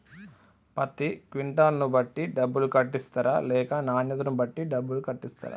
పత్తి క్వింటాల్ ను బట్టి డబ్బులు కట్టిస్తరా లేక నాణ్యతను బట్టి డబ్బులు కట్టిస్తారా?